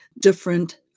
different